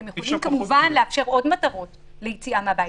הם יכולים כמובן לאפשר עוד מטרות ליציאה מהבית.